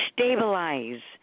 Stabilize